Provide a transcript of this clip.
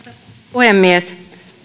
puhemies